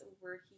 working